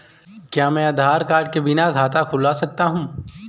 क्या मैं आधार कार्ड के बिना खाता खुला सकता हूं?